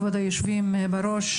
כבוד היושבים בראש,